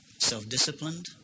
self-disciplined